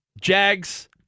Jags